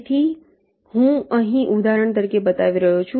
તેથી હું અહીં ઉદાહરણ તરીકે બતાવી રહ્યો છું